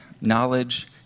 knowledge